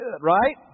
right